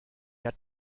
hat